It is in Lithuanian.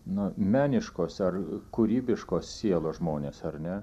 na meniškos ar kūrybiškos sielos žmonės ar ne